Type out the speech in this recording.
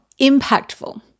impactful